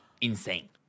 insane